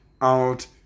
out